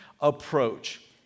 approach